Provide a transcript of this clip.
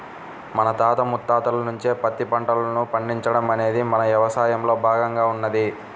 మన తాత ముత్తాతల నుంచే పత్తి పంటను పండించడం అనేది మన యవసాయంలో భాగంగా ఉన్నది